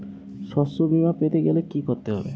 শষ্যবীমা পেতে গেলে কি করতে হবে?